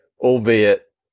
albeit